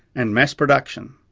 and mass production.